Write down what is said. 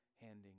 handing